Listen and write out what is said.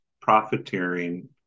profiteering